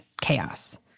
chaos